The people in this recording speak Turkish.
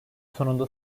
sonunda